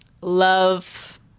love